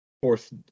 fourth